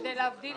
כדי להבדיל